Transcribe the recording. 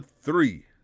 three